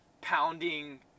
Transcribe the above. pounding